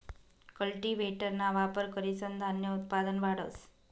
कल्टीव्हेटरना वापर करीसन धान्य उत्पादन वाढस